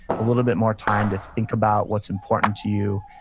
a little bit more time to think about what's important to you.